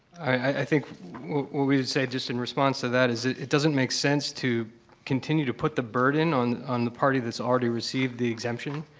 i think what we will say just in response to that is it doesn't make sense to continue to put the burden on on the party that's already received the exemption.